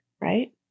right